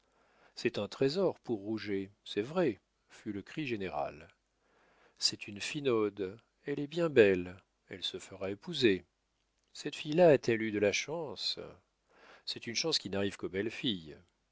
c'est un trésor pour rouget c'est vrai fut le cri général c'est une finaude elle est bien belle elle se fera épouser cette fille a-t-elle eu de la chance c'est une chance qui n'arrive qu'aux belles filles